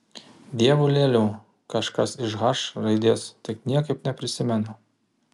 dievulėliau kažkas iš h raidės tik niekaip neprisimenu